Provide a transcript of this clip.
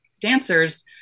dancers